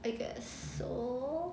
I guess so